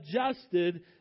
adjusted